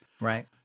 right